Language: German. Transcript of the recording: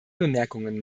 bemerkungen